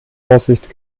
vorsicht